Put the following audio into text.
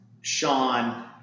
Sean –